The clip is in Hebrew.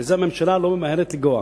בזה הממשלה לא ממהרת לגעת.